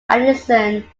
addison